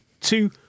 two